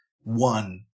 one